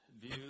view